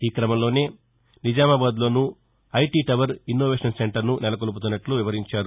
ఈ క్రమంలోనే నిజామాబాద్లోనూ ఐటీ టవర్ ఇన్నోవేషన్ సెంటర్ను నెలకొల్పుతున్నట్ల వివరించారు